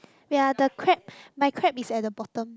wait ah the crab my crab is at the bottom